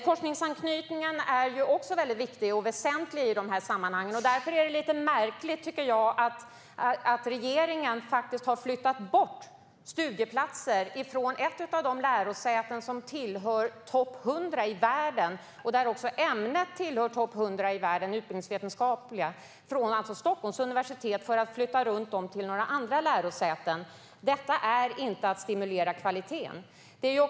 Forskningsanknytningen är också viktig och väsentlig i de här sammanhangen. Därför är det lite märkligt, tycker jag, att regeringen har flyttat bort studieplatser från ett av de lärosäten som tillhör topp 100 i världen, Stockholms universitet - och från ett av de ämnen som tillhör topp 100 i världen, utbildningsvetenskap - för att flytta runt dem till andra lärosäten. Detta är inte att stimulera kvaliteten.